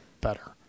better